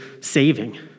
saving